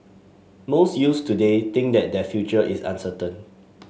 most youths today think that their future is uncertain